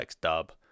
Dub